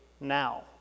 now